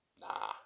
Nah